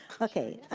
okay.